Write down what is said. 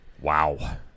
Wow